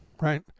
right